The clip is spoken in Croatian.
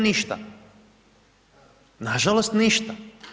Ništa, nažalost, ništa.